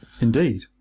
Indeed